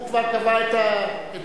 הוא כבר קבע את הסטנדרט.